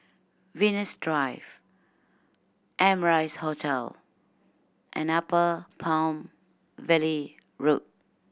Venus Drive Amrise Hotel and Upper Palm Valley Road